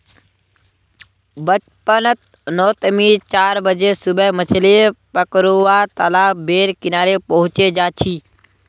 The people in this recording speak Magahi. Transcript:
बचपन नोत मि चार बजे सुबह मछली पकरुवा तालाब बेर किनारे पहुचे जा छी